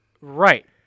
Right